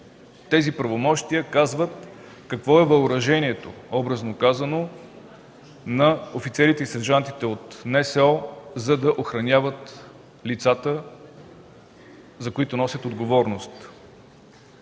Тези правомощия казват какво е въоръжението, образно казано, на офицерите и сержантите от НСО, за да охраняват лицата, за които носят отговорност.